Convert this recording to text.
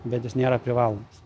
bet jis nėra privalomas